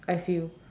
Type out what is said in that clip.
I see you